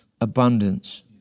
abundance